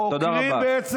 תודה רבה.